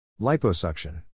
Liposuction